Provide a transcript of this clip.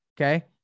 okay